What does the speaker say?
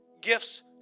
gifts